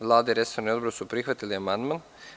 Vlada i resorni odbor su prihvatili amandman.